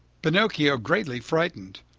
pinocchio, greatly frightened,